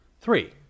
Three